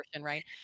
Right